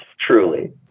Truly